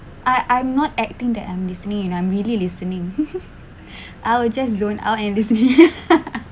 I I'm not acting that I'm listening you know I'm really listening I'll just zone out and listening